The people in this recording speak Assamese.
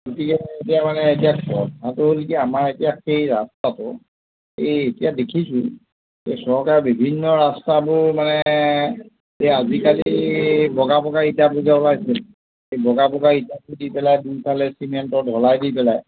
গতিকে এতিয়া মানে এতিয়া কথাটো হ'ল কি আমাৰ এতিয়া সেই ৰাস্তাটো এই এতিয়া দেখিছোঁ চৰকাৰে বিভিন্ন ৰাস্তাবোৰ মানে এই আজিকালি বগা বগা ইটাটো যে ওলাইছে বগা বগা ইটাবোৰ দি পেলাই দুই ফালে চিমেণ্টত ঢলাই দি পেলাই